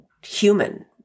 human